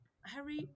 Harry